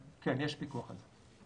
כן, יש פיקוח על זה.